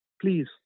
please